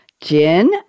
Jin